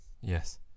Yes